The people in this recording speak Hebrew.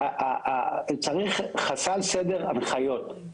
חסל סדר הנחיות.